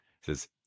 says